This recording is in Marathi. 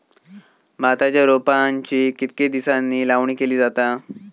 भाताच्या रोपांची कितके दिसांनी लावणी केली जाता?